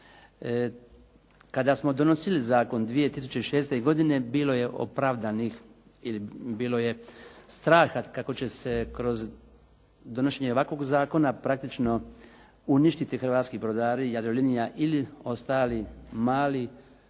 Kada smo donosili zakon 2006. godine, bilo je opravdanih ili bilo je straha kako će se kroz donošenje ovakvog zakona praktično uništiti hrvatski brodari, Jadrolinija ili ostali mali